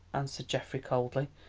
answered geoffrey coldly,